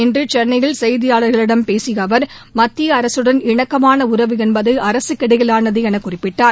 இன்று சென்னையில் செய்தியாளர்களிடம் பேசிய அவர் மத்திய அரசுடள் இணக்கமான உறவு என்பது அரசுக்கு இடையிலானது என குறிப்பிட்டார்